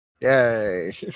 Yay